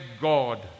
God